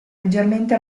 leggermente